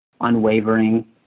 Unwavering